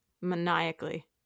maniacally